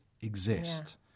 exist